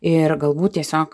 ir galbūt tiesiog